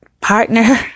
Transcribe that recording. partner